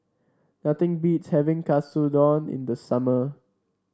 nothing beats having Katsudon in the summer